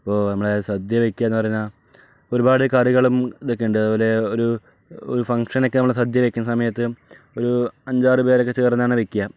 ഇപ്പോൾ നമ്മുടെ സദ്യ വയ്ക്കുക എന്ന് പറഞ്ഞാൽ ഒരുപാട് കറികളും ഇതൊക്കെയുണ്ട് അതുപോലെ ഒരു ഫംഗ്ഷനൊക്കെ നമ്മൾ സദ്യ വെക്കുന്ന സമയത്ത് ഒരു അഞ്ചാറു പേരൊക്കെ ചേർന്നാണ് വെക്കുക